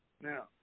Now